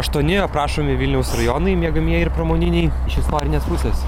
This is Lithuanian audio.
aštuoni aprašomi vilniaus rajonai miegamieji ir pramoniniai iš istorinės pusės